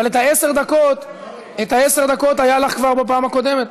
אבל עשר דקות היו לך כבר בפעם הקודמת.